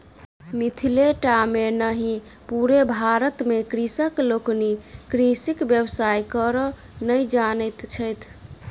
मिथिले टा मे नहि पूरे भारत मे कृषक लोकनि कृषिक व्यवसाय करय नहि जानैत छथि